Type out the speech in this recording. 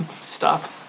Stop